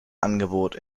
angebot